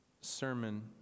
sermon